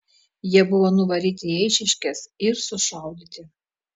jie buvo nuvaryti į eišiškes ir sušaudyti